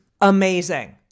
amazing